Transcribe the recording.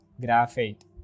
Graphite